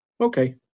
okay